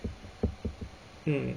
mm